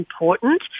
important